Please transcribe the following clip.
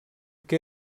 que